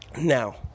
Now